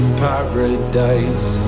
paradise